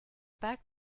pas